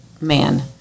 man